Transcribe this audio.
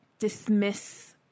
dismiss